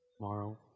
Tomorrow